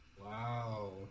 Wow